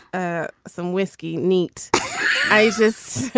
ah some whiskey, neat isis